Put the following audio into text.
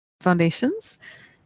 foundations